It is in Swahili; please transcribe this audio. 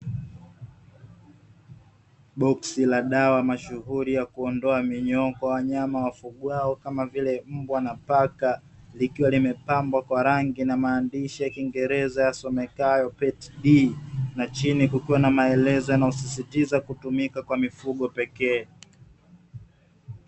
Boksi la dawa mashughuri ya kuondoa minyoo kwa wanyama wafugwao kama vile mbwa na paka likiwa limepambwa kwa rangi na maandishi ya kiingereza yasomekayo "PET D" na chini kukiwa na maelezo yanayosisitiza kutumika kwa mifugo pekee.